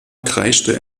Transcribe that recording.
kreischte